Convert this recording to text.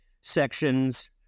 sections